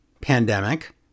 pandemic